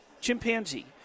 chimpanzee